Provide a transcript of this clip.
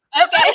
okay